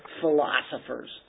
philosophers